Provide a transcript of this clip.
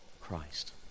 Christ